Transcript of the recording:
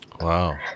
Wow